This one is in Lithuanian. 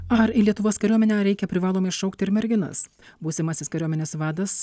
ar į lietuvos kariuomenę reikia privalomai šaukti ir merginas būsimasis kariuomenės vadas